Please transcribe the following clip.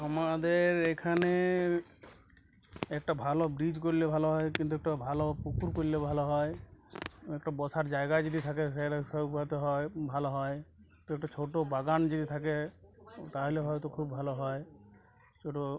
আমাদের এখানে একটা ভালো ব্রিজ গড়লে ভালো হয় কিন্তু একটা ভালো পুকুর করলে ভালো হয় একটা বসার জায়গা যদি থাকে সেটা সব গত হয় ভালো হয় তো একটা ছোটো বাগান যদি থাকে তাহলে হয়তো খুব ভালো হয় ছোটো